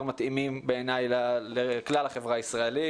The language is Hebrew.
מתאימים בעיניי לכלל החברה הישראלית,